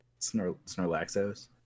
Snorlaxos